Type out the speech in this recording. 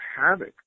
havoc